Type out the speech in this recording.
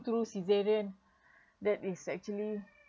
through scissoring that is actually